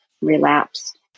relapsed